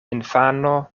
infano